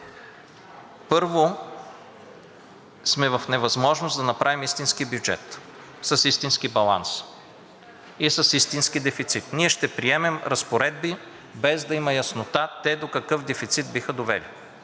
първо, сме в невъзможност да направим истински бюджет, с истински баланс и с истински дефицит. Ние ще приемем разпоредби, без да има яснота те до какъв дефицит биха довели,